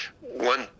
One